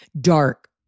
dark